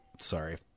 sorry